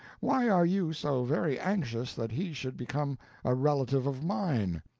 why are you so very anxious that he should become a relative of mine?